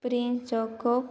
Prince Jacob